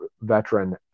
veteran